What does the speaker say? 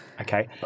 Okay